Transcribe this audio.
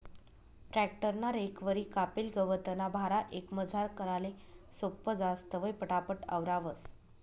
tractor ना रेकवरी कापेल गवतना भारा एकमजार कराले सोपं जास, तवंय पटापट आवरावंस